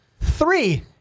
Three